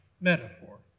metaphor